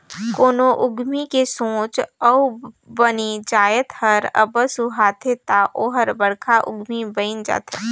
कोनो उद्यमी के सोंच अउ बने जाएत हर अब्बड़ सुहाथे ता ओहर बड़खा उद्यमी बइन जाथे